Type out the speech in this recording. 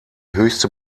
höchste